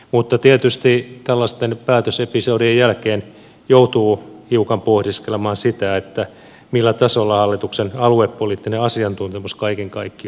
mutta tietysti tällaisten päätösepisodien jälkeen joutuu hiukan pohdiskelemaan sitä millä tasolla hal lituksen aluepoliittinen asiantuntemus kaiken kaikkiaan liikkuu